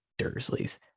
dursleys